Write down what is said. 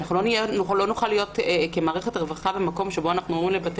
לא נוכל כמערכת רווחה להיות במקום בו אנחנו אומרים לבתי